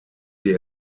die